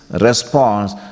response